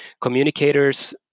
communicators